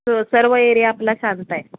तो सर्व एरिया आपला शांत आहे